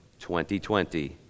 2020